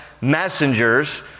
messengers